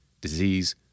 disease